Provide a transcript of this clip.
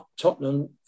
Tottenham